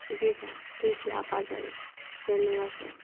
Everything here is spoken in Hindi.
जी सर ठीक है आप आ जाइए धन्यवाद सर